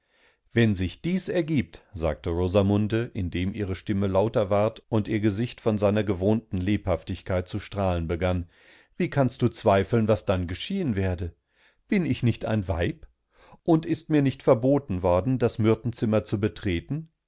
wenn dies sich ergibt sagte rosamunde indem ihre stimme lauter ward und ihr gesicht von seiner gewohnten lebhaftigkeit zu strahlen begann wie kannst du zweifeln was dann geschehen werde bin ich nicht ein weib und ist mir nicht verboten worden das myrtenzimmer zu betreten